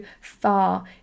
far